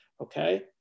okay